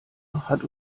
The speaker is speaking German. hat